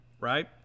right